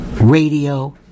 radio